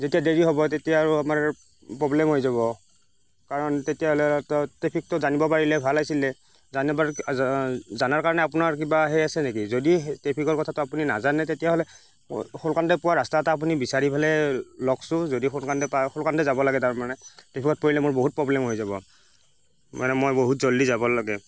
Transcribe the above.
যেতিয়া দেৰি হ'ব তেতিয়া আৰু আমাৰ প্ৰব্লেম হৈ যাব কাৰণ তেতিয়াহ'লেতো টেফিকটো জানিব পাৰিলে ভাল আছিলে জানিব জনাৰ কাৰণে আপোনাৰ কিবা সেই আছে নেকি যদি সেই টেফিকৰ কথাটো আপুনি নাজানে তেতিয়াহ'লে সোনকালে পোৱা ৰাস্তা এটা আপুনি বিচাৰি পেলাই লওঁকচোন যদি সোনকালে পাই সোনকালে যাব লাগে তাৰমানে টেফিকত পৰিলে মোৰ বহুত প্ৰব্লেম হৈ যাব মানে মই বহুত জল্দি যাব লাগে